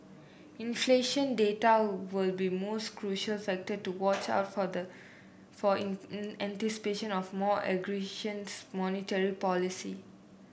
inflation data will be most crucial factor to watch out for the for anticipation of more aggressions monetary policy